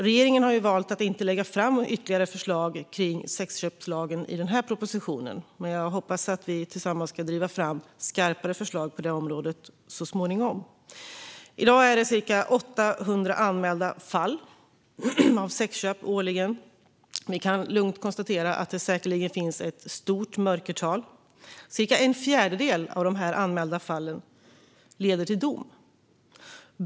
Regeringen har valt att inte lägga fram något ytterligare förslag när det gäller sexköpslagen i den här propositionen, men jag hoppas att vi tillsammans kan driva fram skarpare förslag på det området så småningom. I dag sker det ca 800 anmälda fall av sexköp årligen. Vi kan lugnt konstatera att det säkert finns ett stort mörkertal. Cirka en fjärdedel av de anmälda fallen leder till dom.